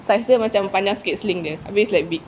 size dia panjang sikit sling dia abeh it's like big